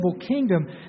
kingdom